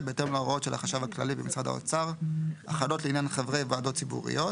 בהתאם להוראות החשב הכללי במשרד האוצר החלות לעניין חברי ועדות ציבוריות,